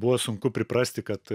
buvo sunku priprasti kad